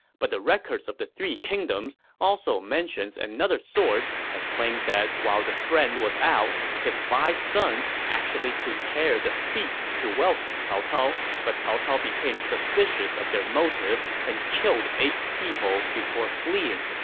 but the records of the three kingdoms also mentions another source that claims that while the friend was out, his five sons actually prepared a feast to welcome cao cao, but cao cao became suspicious of their motive and killed eight people before fleeing.